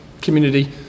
community